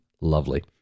Lovely